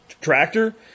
tractor